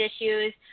issues